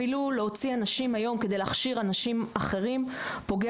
אפילו להוציא אנשים היום כדי להכשיר אנשים אחרים פוגע